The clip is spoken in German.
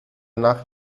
nach